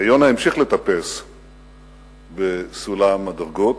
ויונה המשיך לטפס בסולם הדרגות.